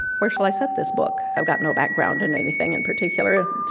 where shall i set this book? i've got no background in anything and particular,